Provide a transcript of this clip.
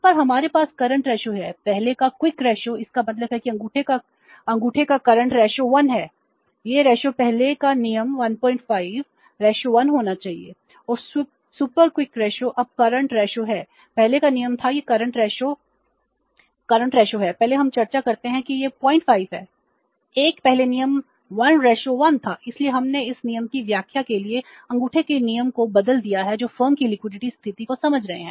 तो यह करंट रेशों स्थिति को समझ रहे हैं